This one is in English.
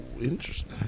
Interesting